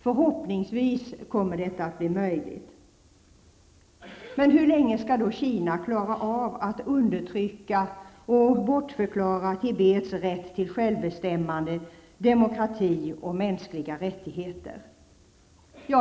Förhoppningsvis kommer detta att bli möjligt. Hur länge skall Kina klara av att undertrycka och bortförklara Tibets rätt till självbestämmande, demokrati och mänskliga rättigheter?